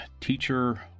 teacher